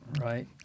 Right